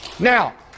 Now